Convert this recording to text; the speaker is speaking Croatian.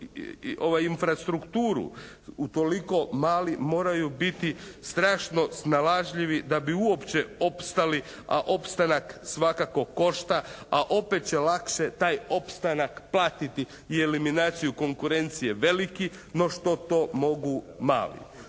infrastrukturu utoliko mali moraju biti strašno snalažljivi da bi uopće opstali, a opstanak svakako košta, a opet će lakše taj opstanak platiti i eliminaciju konkurencije veliki no što to mogu mali.